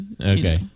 Okay